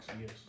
Yes